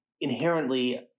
inherently